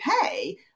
pay